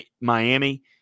Miami